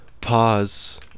pause